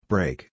Break